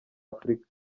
afurika